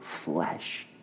flesh